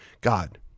God